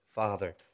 Father